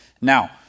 Now